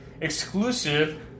exclusive